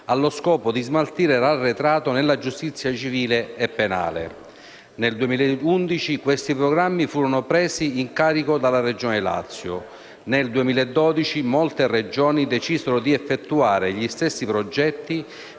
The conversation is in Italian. allo scopo di smaltire l'arretrato nella giustizia civile e penale. Nel 2011 questi programmi furono presi in carico dalla Regione Lazio; nel 2012 molte Regioni decisero di effettuare gli stessi progetti;